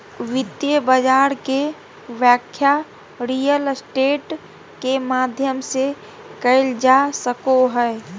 वित्तीय बाजार के व्याख्या रियल स्टेट के माध्यम से कईल जा सको हइ